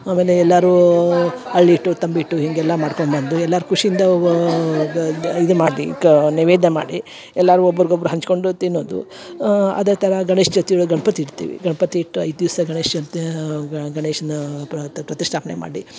ಆಮೇಲೆ ಎಲ್ಲಾರೂ ಅಳ್ಳಿಟ್ಟು ತಂಬಿಟ್ಟು ಹೀಗೆಲ್ಲ ಮಾಡ್ಕೊಂಡು ಬಂದು ಎಲ್ಲಾರ ಖುಷಿಯಿಂದ ವ ಗ ಇದೆ ಮಾಡಿ ಕ ನೈವೇದ್ಯ ಮಾಡಿ ಎಲ್ಲಾರು ಒಬ್ರುಗ ಒಬ್ರು ಹಂಚ್ಕೊಂಡು ತಿನ್ನೋದು ಅದೆ ಥರ ಗಣೇಶ ಚತೀಳು ಗಣಪತಿ ಇಡ್ತೀವಿ ಗಣಪತಿ ಇಟ್ಟು ಐದು ದಿವಸ ಗಣೇಶಂದೇ ಗಣೇಶನ ಪ್ರತ ಪ್ರತಿಷ್ಠಾಪನೆ ಮಾಡಿ